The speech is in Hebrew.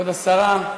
כבוד השרה,